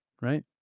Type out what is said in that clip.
right